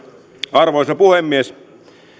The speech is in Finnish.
arvoisa puhemies